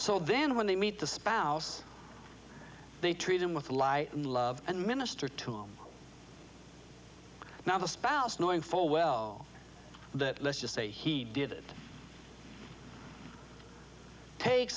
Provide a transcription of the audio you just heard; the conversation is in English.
so then when they meet the spouse they treat them with a lie in love and minister to now the spouse knowing full well that let's just say he did it take